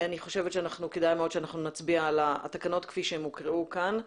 אני חושבת שכדאי מאוד שנצביע על התקנות כפי שהן הוקראו כאן,